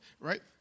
right